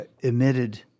emitted